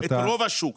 את רוב השוק.